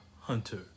Hunter